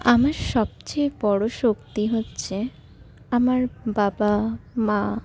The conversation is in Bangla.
আমার সবচেয়ে বড়ো শক্তি হচ্ছে আমার বাবা মা